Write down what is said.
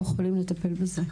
אנחנו חייבים לטפל בזה.